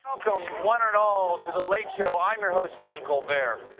welcome one and all to the late show. i'm your host stephen colbert.